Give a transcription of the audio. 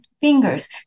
fingers